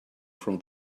from